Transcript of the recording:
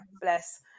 bless